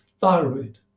thyroid